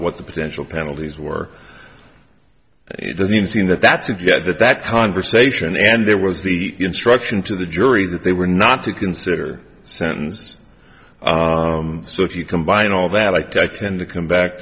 what the potential penalties were it doesn't seem that that's a good that that conversation and there was the instruction to the jury that they were not to consider sentence so if you combine all that i tend to come back